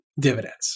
dividends